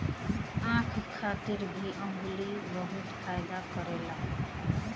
आँख खातिर भी अंगूर बहुते फायदा करेला